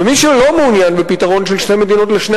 ומי שלא מעוניין בפתרון של שתי מדינות לשני